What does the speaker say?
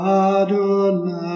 adonai